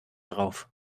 drauf